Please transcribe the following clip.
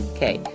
Okay